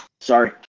Sorry